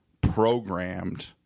programmed